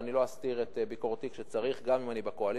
ואני לא אסתיר את ביקורתי כשצריך גם אם אני בקואליציה: